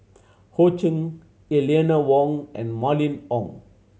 Ho Ching Eleanor Wong and Mylene Ong